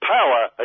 Power